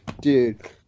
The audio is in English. Dude